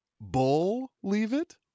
Bull-leave-it